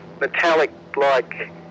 metallic-like